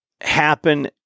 happen